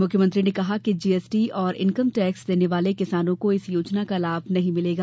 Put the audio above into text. मुख्यमंत्री ने कहा कि जीएसटी और इनकम टैक्स देने वाले किसानों को इस योजना का लाभ नहीं मिलेगा